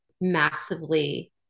massively